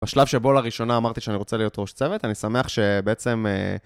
בשלב שבו לראשונה אמרתי שאני רוצה להיות ראש צוות, אני שמח שבעצם...